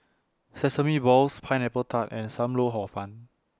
Sesame Balls Pineapple Tart and SAM Lau Hor Fun